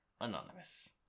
Anonymous